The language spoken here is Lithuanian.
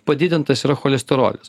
padidintas yra cholesterolis